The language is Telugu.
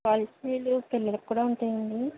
పాలసీలు పిల్లలకి కూడా ఉంటాయా అండి